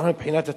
מבחינת התנ"ך,